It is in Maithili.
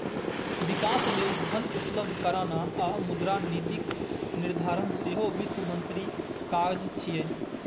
विकास लेल धन उपलब्ध कराना आ मुद्रा नीतिक निर्धारण सेहो वित्त मंत्रीक काज छियै